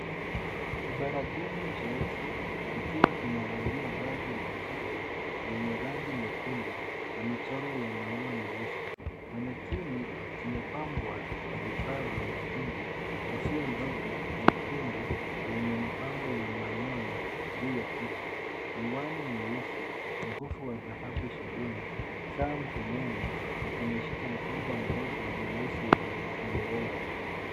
Kibaragumu cheusi kikiwa kimevalia vazi la kike lenye rangi nyekundu na michoro ya maua meusi. Maniquni kimepambwa kwa vifaa vya mitindo, kofia ndogo nyekundu yenye mapambo ya manyoya juu ya kichwa, miwani mieusi, mkufu wa dhahabu shingoni, saa mkononi na kimeshika mkoba mdogo mweusi wenye nyororo.